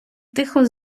тихо